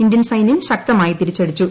Indian സൈന്യം ശക്തമായി തിരിച്ചടിച്ചു